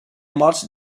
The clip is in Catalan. molts